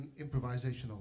improvisational